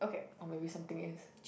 or maybe something is